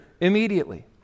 immediately